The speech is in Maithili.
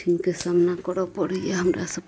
अथिके सामना करऽ पड़ैया हमरा सबके